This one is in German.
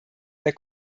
der